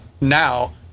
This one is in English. now